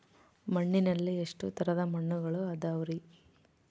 ಮಣ್ಣಿನಲ್ಲಿ ಎಷ್ಟು ತರದ ಮಣ್ಣುಗಳ ಅದವರಿ?